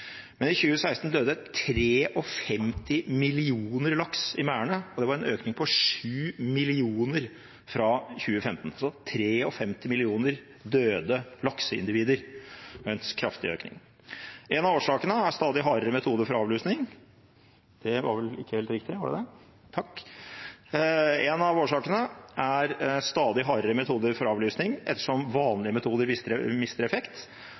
Men i 2016 døde 53 millioner laks i merdene, og det var en økning på 7 millioner fra 2015 – altså 53 millioner døde lakseindivider, en kraftig økning. En av årsakene er stadig hardere metoder for avlusning, ettersom vanlige metoder mister effekt.